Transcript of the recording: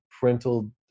parental